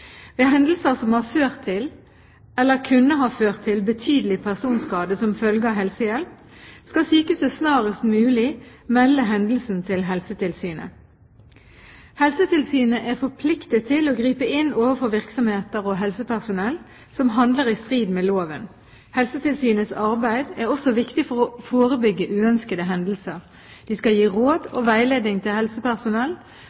Ved hendelser som har ført til eller kunne ha ført til betydelige personskade som følge av helsehjelp, skal sykehuset snarest mulig melde hendelsen til Helsetilsynet. Helsetilsynet er forpliktet til å gripe inn overfor virksomheter og helsepersonell som handler i strid med loven. Helsetilsynets arbeid er også viktig for å forebygge uønskede hendelser. De skal gi råd